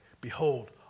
Behold